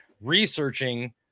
researching